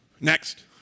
Next